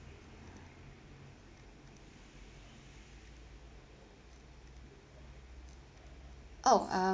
oh uh